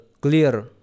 clear